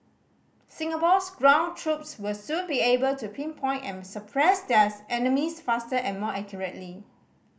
Singapore's ground troops will soon be able to pinpoint and suppress their enemies faster and more accurately